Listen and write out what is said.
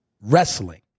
wrestling